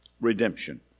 redemption